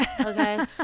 okay